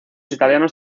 italianos